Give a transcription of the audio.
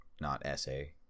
not-essay